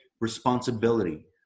responsibility